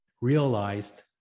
realized